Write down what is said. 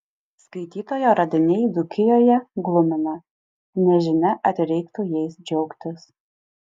skaitytojo radiniai dzūkijoje glumina nežinia ar reiktų jais džiaugtis